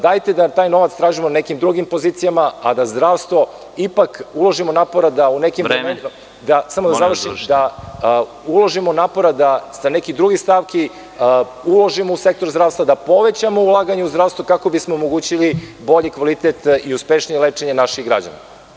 Dajte da taj novac tražimo na nekim drugim pozicijama, a da u zdravstvo… (Predsedavajući: Vreme.) … da uložimo napora da sa nekih drugih stavki uložimo u sektor zdravstva, da povećamo ulaganje u zdravstvo kako bismo omogućili bolji kvalitet i uspešnije lečenje naših građana.